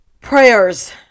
prayers